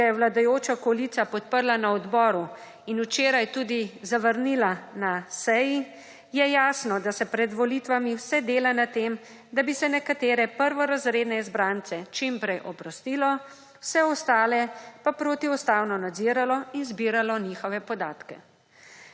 ki ga je vladajoča koalicija podprla na odboru in včeraj tudi zavrnila na seji, je jasno, da se pred volitvami vse dela na tem, da bi se nekatere prvorazredne izbrance čim prej oprostilo, vse ostale pa protiustavno nadziralo in zbiralo njihove podatke.